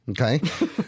okay